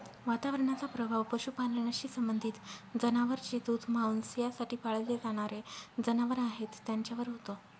वातावरणाचा प्रभाव पशुपालनाशी संबंधित जनावर जे दूध, मांस यासाठी पाळले जाणारे जनावर आहेत त्यांच्यावर होतो